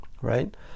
right